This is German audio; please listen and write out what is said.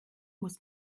muss